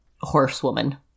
horsewoman